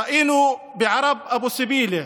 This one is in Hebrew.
ראינו בערב אבו סבילה